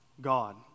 God